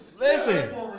Listen